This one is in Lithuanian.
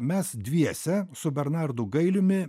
mes dviese su bernardu gailiumi